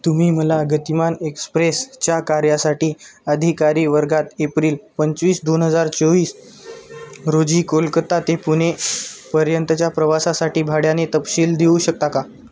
तुम्ही मला गतिमान एक्सप्रेसच्या कार्यासाठी अधिकारी वर्गात एप्रिल पंचवीस दोन हजार चोवीस रोजी कोलकत्ता ते पुणे पर्यंतच्या प्रवासासाठी भाड्याने तपशील देऊ शकता का